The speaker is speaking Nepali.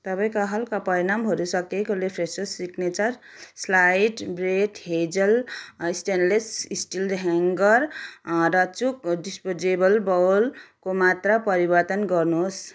तपाईँका हालका परिमाणहरू सकिएकाले Fresho signature sliced bread hazel stainless steel hanger र चुक डिस्पोजेबल बाउलको मात्रा परिवर्तन गर्नुहोस्